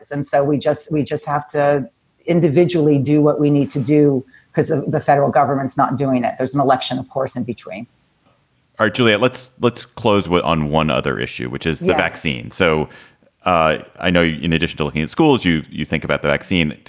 and so we just we just have to individually do what we need to do because ah the federal government's not doing it. there's an election, of course, in between our julia, let's let's close on one other issue, which is the vaccine. so i i know in addition to looking at schools, you you think about the vaccine,